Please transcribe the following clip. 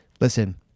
listen